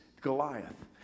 Goliath